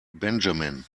benjamin